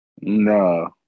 No